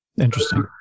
Interesting